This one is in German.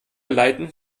leiten